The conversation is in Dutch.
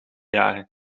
jaren